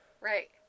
Right